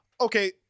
Okay